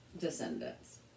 descendants